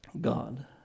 God